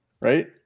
right